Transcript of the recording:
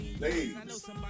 Ladies